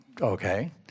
Okay